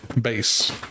base